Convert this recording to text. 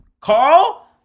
Carl